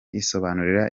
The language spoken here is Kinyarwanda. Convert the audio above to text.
bisobanura